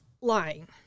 lying